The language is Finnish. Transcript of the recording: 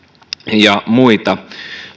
ja muita